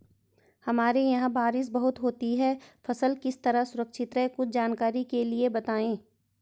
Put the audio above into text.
हमारे यहाँ बारिश बहुत होती है फसल किस तरह सुरक्षित रहे कुछ जानकारी के लिए बताएँ?